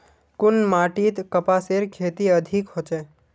कुन माटित कपासेर खेती अधिक होचे?